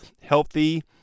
healthy